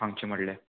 सांगचें म्हळ्यार